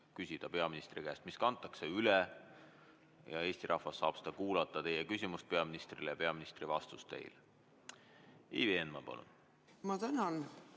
küsida peaministri käest. See kantakse üle ja Eesti rahvas saab kuulata teie küsimust peaministrile ja peaministri vastust teile. Ivi Eenmaa, palun! Aitäh!